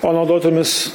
o naudot tomis